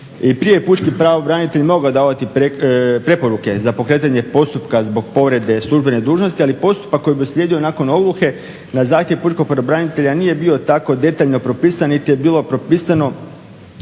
prije je pučki pravobranitelj mogao davati preporuke za pokretanje postupka zbog povrede službene dužnosti, ali postupak koji bi slijedio nakon ogluhe na zahtjev pučkog pravobranitelja nije bio tako detaljno propisan niti je bilo propisano